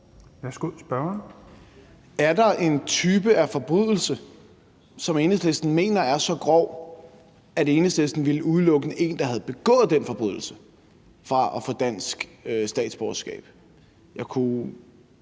Er der en type forbrydelse, som Enhedslisten mener er så grov, at Enhedslisten ville udelukke en, der har begået den forbrydelse, fra at få dansk statsborgerskab?